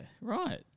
Right